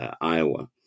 Iowa